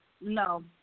No